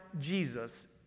Jesus